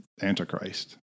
Antichrist